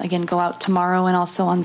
again go out tomorrow and also on